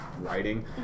writing